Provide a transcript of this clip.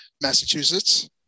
Massachusetts